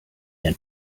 and